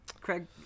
craig